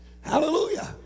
Hallelujah